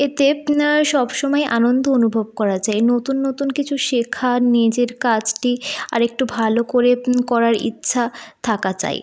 এতে সব সময়ই আনন্দ অনুভব করা যায় নতুন নতুন কিছু শেখা নিজের কাজটি আর একটু ভালো করে করার ইচ্ছা থাকা চাই